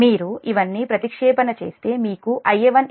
మీరు ఇవన్నీ ప్రతిక్షేపణ చేస్తే మీకు Ia1 j0